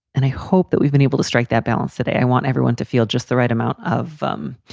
and i hope that we've been able to strike that balance, that i want everyone to feel just the right amount of, um,